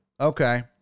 okay